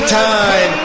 time